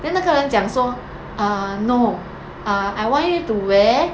then 那个人讲说 uh no ah I want you to wear